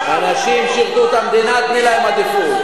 האנשים שירתו את המדינה, תני להם עדיפות.